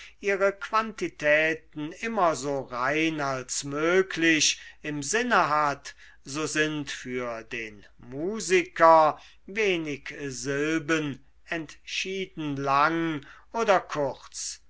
ihre quantitäten immer so rein als möglich im sinne hat so sind für den musiker wenig silben entschieden lang oder kurz